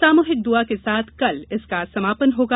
सामूहिक दुआ के साथ कल इसका समापन होगा